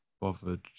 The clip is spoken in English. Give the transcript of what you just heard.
bothered